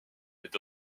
est